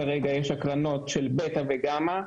כרגע יש הקרנות של בטא וגמא,